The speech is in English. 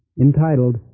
entitled